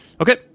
Okay